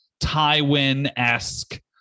Tywin-esque